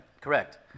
Correct